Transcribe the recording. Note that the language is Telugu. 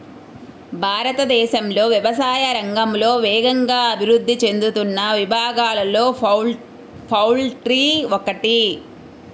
భారతదేశంలో వ్యవసాయ రంగంలో వేగంగా అభివృద్ధి చెందుతున్న విభాగాలలో పౌల్ట్రీ ఒకటి